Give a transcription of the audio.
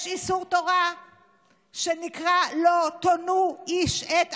יש איסור תורה שנקרא "לא תונו איש את עמיתו"